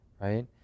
right